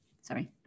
Sorry